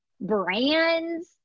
brands